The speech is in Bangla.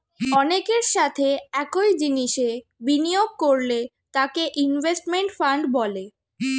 অনেকের সাথে একই জিনিসে বিনিয়োগ করলে তাকে ইনভেস্টমেন্ট ফান্ড বলে